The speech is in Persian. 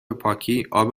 پاکی، اب